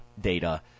data